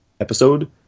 episode